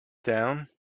down